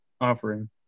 offering